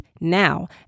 now